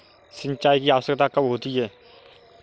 सिंचाई की आवश्यकता कब होती है?